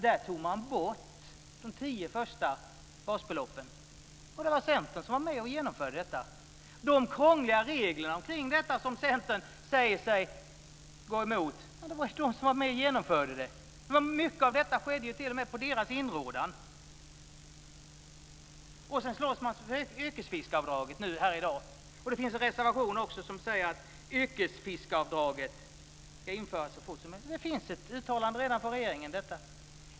Där tog man bort de tio första basbeloppen. Det var Centern som var med och genomförde det. De krångliga regler kring detta som Centern säger sig gå emot var man med och genomförde. Mycket av detta skedde ju t.o.m. på Centerns inrådan. Sedan slåss man här i dag för yrkesfiskaravdraget. Det finns en reservation som säger att yrkesfiskaravdraget ska införas så fort som möjligt. Det finns redan ett uttalande från regeringen i detta.